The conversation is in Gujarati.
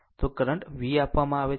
તો કરંટ v આપવામાં આવે છે